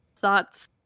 thoughts